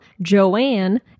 Joanne